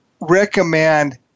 recommend